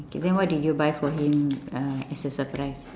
then what did you buy for him uh as a surprise